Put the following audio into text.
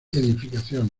edificaciones